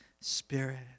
Spirit